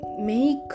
make